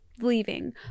leaving